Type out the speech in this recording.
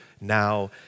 now